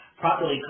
properly